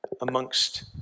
amongst